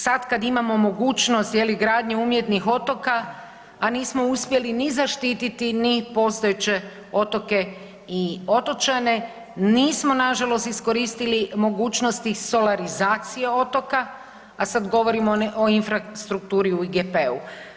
Sad kada imamo mogućnost gradnju umjetnih otoka, a nismo uspjeli ni zaštiti ni postojeće otoke i otočane, nismo nažalost iskoristili mogućnosti solarizacije otoka, a sada govorimo o infrastrukturi u IGP-u.